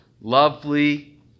lovely